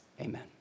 amen